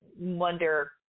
wonder